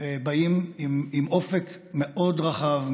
באים עם אופק מאוד רחב,